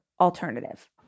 alternative